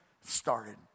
Started